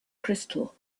crystal